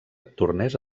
tornés